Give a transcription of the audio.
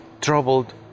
troubled